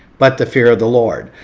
but the fear of the lord.